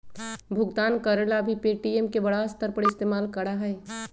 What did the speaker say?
भुगतान करे ला भी पे.टी.एम के बड़ा स्तर पर इस्तेमाल करा हई